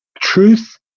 truth